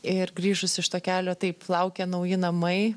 ir grįžus iš to kelio taip laukė nauji namai